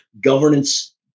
governance